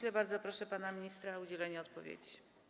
I bardzo proszę pana ministra o udzielenie odpowiedzi.